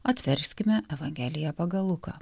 atverskime evangeliją pagal luką